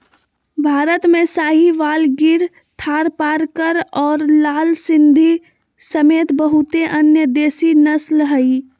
भारत में साहीवाल, गिर थारपारकर और लाल सिंधी समेत बहुते अन्य देसी नस्ल हइ